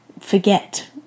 forget